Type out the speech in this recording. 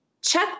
check